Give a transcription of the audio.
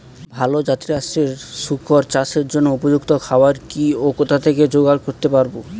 ভালো জাতিরাষ্ট্রের শুকর চাষের জন্য উপযুক্ত খাবার কি ও কোথা থেকে জোগাড় করতে পারব?